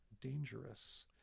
dangerous